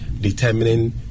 determining